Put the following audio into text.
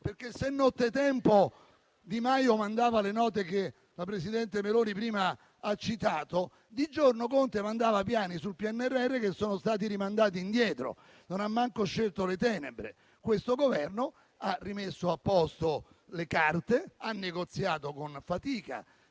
se nottetempo Di Maio mandava le note che la presidente del Consiglio Meloni prima ha citato, di giorno Conte mandava piani sul PNRR che sono stati rimandati indietro. Non ha neanche scelto le tenebre. Questo Governo ha rimesso a posto le carte, ha negoziato con fatica.